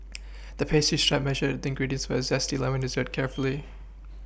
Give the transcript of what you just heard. the pastry chef measured the ingredients for a zesty lemon dessert carefully